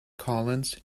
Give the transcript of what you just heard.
collins